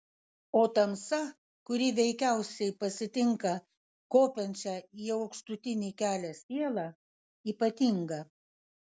o tamsa kuri veikiausiai pasitinka kopiančią į aukštutinį kelią sielą ypatinga